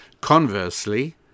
Conversely